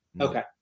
Okay